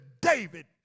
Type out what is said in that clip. David